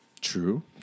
True